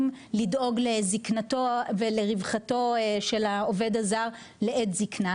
לדאוג לזקנתו ולרווחתו של העובד הזר לעת זקנה.